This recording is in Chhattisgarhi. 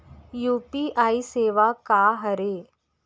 यू.पी.आई सेवा का हरे?